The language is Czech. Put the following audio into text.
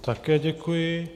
Také děkuji.